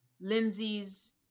Lindsay's